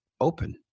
open